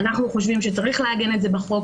אנחנו חושבים שצריך לעגן את זה בחוק.